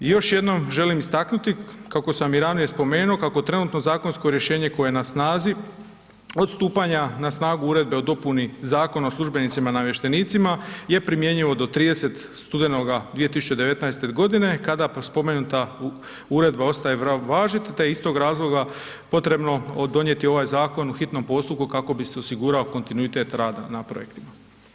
I još jednom želim istaknuti, kako sam i ranije spomenu kako trenutno zakonsko rješenje koje je na snazi odstupanja na snagu uredbe o dopuni Zakona o službenicima i namještenicima je primjenjivo do 30. studenoga 2019. godine kada spomenuta uredba ostaje važiti te je iz tog razloga potrebno donijeti ovaj zakon u hitnom postupku kako bi se osigurao kontinuitet rada na projektima.